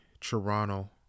Toronto